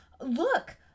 look